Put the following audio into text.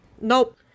Nope